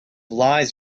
lies